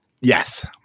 Yes